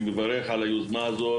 אני מברך על היוזמה הזאת,